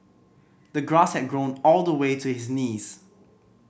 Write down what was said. the grass had grown all the way to his knees